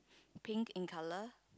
pink in colour